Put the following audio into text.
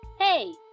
Hey